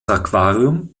aquarium